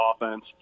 offense